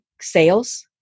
sales